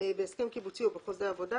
בהסכם קיבוצי או בחוזה עבודה,